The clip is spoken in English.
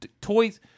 toys